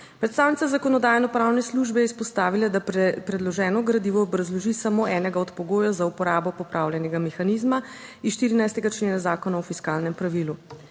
Predstavnica Zakonodajno-pravne službe je izpostavila, da predloženo gradivo obrazloži samo enega od pogojev za uporabo popravljenega mehanizma iz 14. člena Zakona o fiskalnem pravilu.